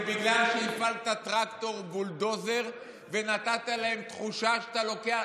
זה בגלל שהפעלת טרקטור בולדוזר ונתת להם תחושה שאתה לוקח,